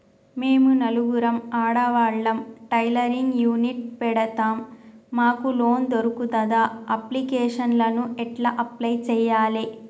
మేము నలుగురం ఆడవాళ్ళం టైలరింగ్ యూనిట్ పెడతం మాకు లోన్ దొర్కుతదా? అప్లికేషన్లను ఎట్ల అప్లయ్ చేయాలే?